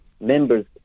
members